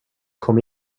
kom